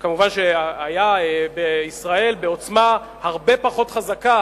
ומובן שבישראל הוא היה בעוצמה הרבה פחות חזקה